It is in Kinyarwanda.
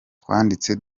twanditse